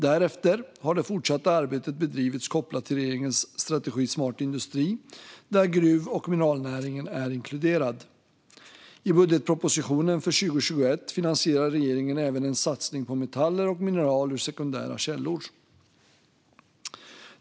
Därefter har det fortsatta arbetet bedrivits kopplat till regeringens strategi Smart industri, där gruv och mineralnäringen är inkluderad. I budgetpropositionen för 2021 finansierar regeringen även en satsning på metaller och mineral ur sekundära källor.